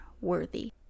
worthy